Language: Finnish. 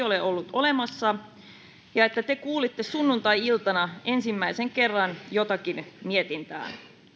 ole ollut olemassa ja että te kuulitte sunnuntai iltana ensimmäisen kerran jotakin mietintää